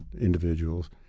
individuals